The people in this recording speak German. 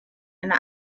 eine